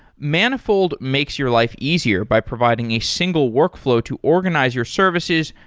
manifold makes your life easier by providing a single workflow to organize your services,